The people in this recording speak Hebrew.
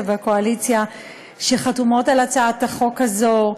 והקואליציה שחתומות על הצעת החוק הזאת,